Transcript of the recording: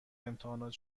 امتحانات